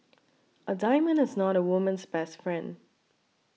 a diamond is not a woman's best friend